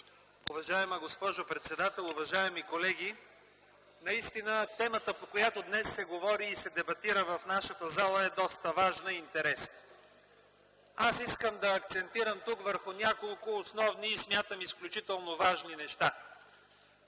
Уважаема госпожо председател, уважаеми колеги! Темата по която днес се говори и се дебатира в нашата зала е доста важна и интересна. Аз искам да акцентирам върху няколко основни, и смятам, изключително важни неща.